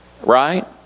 Right